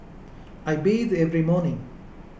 I bathe every morning